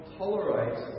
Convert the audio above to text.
tolerate